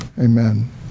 Amen